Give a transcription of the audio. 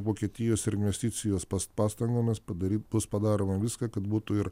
vokietijos ir investicijos pas pastangom mes padaryt bus padaroma viską kad būtų ir